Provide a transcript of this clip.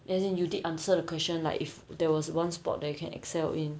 as in you did answer the question like if there was one sport that you can excel in